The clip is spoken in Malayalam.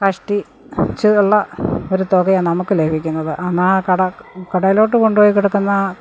കഷ്ടി ച്ച് ഉള്ള ഒരു തുകയാണു നമുക്ക് ലഭിക്കുന്നത് അന്നാ കട കടയിലോട്ട് കൊണ്ടുപോയി കൊടുക്കുന്ന